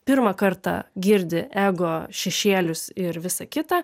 pirmą kartą girdi ego šešėlius ir visa kita